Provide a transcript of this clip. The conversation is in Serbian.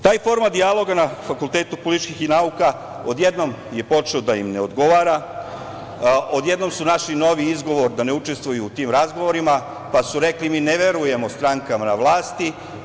Taj format dijaloga na Fakultetu političkih nauka odjednom je počeo da im ne odgovara, odjednom su našli novi izgovor da ne učestvuju u tim razgovorima, pa su rekli – mi ne verujemo strankama na vlasti.